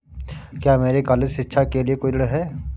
क्या मेरे कॉलेज शिक्षा के लिए कोई ऋण है?